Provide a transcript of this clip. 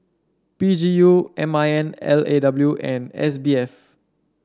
P G U M I N L A W and S B F